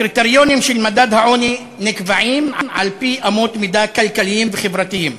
הקריטריונים של מדד העוני נקבעים על-פי אמות מידה כלכליות וחברתיות.